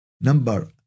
number